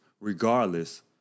regardless